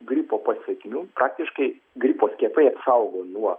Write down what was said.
gripo pasekmių praktiškai gripo skiepai apsaugo nuo